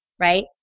right